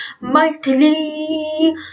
mightily